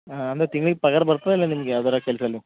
ಹಾಂ ಅಂದರೆ ತಿಂಗ್ಳಿಗೆ ಪಗಾರ್ ಬರ್ತದಲ್ಲಾ ನಿಮಗೆ ಯಾವ್ದಾರ ಕೆಲ್ಸದಲ್ಲಿ